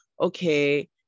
okay